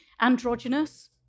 androgynous